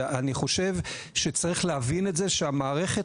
ואני חושב שאנחנו צריכים להבין את זה שהמערכת